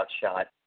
shot